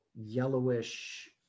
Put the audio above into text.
yellowish